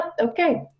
okay